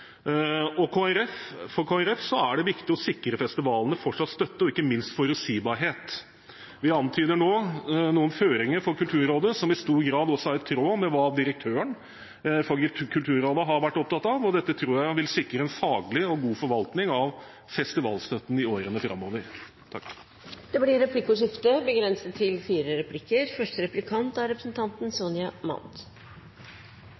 For Kristelig Folkeparti er det viktig å sikre festivalene fortsatt støtte og ikke minst forutsigbarhet. Vi antyder nå noen føringer for Kulturrådet som i stor grad også er i tråd med hva direktøren for Kulturrådet har vært opptatt av. Dette tror jeg vil sikre en faglig og god forvaltning av festivalstøtten i årene framover. Det blir replikkordskifte.